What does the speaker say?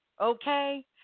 Okay